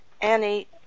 annie